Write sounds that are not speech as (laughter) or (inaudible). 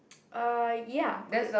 (noise) uh ya okay